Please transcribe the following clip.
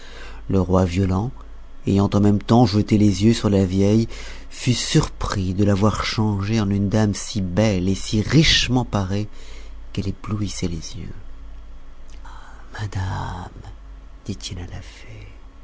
le roi violent ayant en même temps jeté les yeux sur la vieille fut surpris de la voir changée en une dame si belle et si richement parée qu'elle éblouissait les yeux ah madame dit-il à la fée